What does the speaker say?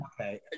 Okay